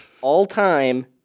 all-time